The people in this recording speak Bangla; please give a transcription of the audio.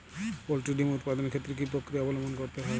পোল্ট্রি ডিম উৎপাদনের ক্ষেত্রে কি পক্রিয়া অবলম্বন করতে হয়?